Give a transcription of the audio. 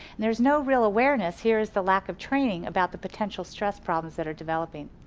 there's no real awareness here's the lack of training about the potential stress problems that are developing.